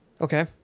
Okay